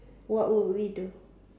what would we do